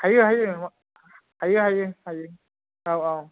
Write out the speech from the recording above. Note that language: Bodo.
हायो हायो हायो हायो हायो औ औ